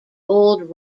old